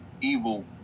evil